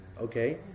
okay